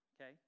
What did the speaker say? Okay